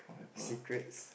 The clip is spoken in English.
secrets